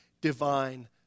divine